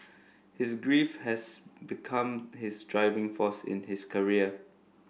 his grief has become his driving force in his career